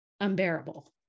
unbearable